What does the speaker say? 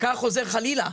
וכך חוזר חלילה.